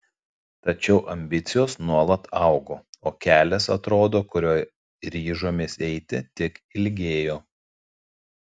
tačiau ambicijos nuolat augo o kelias atrodo kuriuo ryžomės eiti tik ilgėjo